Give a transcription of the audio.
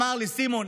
והוא אמר לי: סימון,